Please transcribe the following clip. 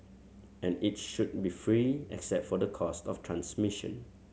and it should be free except for the cost of transmission